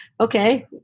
Okay